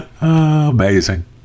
Amazing